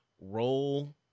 roll